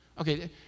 okay